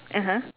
(uh huh)